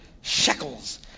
shekels